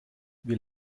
wir